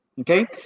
okay